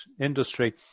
industry